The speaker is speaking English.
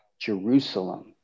Jerusalem